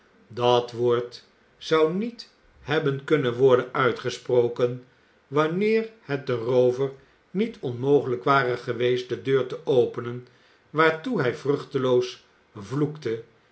dat woord zou niet hebben kunnen worden uitgesproken wanneer het den roover niet onmogelijk ware geweest de deur te openen waartoe hij vruchteloos vloekte